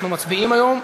אנחנו מצביעים היום?